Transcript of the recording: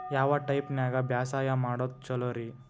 ಯಾವ ಟೈಪ್ ನ್ಯಾಗ ಬ್ಯಾಸಾಯಾ ಮಾಡೊದ್ ಛಲೋರಿ?